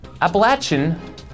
Appalachian